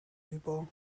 über